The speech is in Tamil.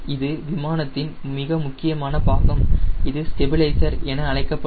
இது விமானத்தின் மிக முக்கியமான பாகம் இது ஸ்டெபிலைசர் என அழைக்கப்படும்